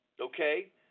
okay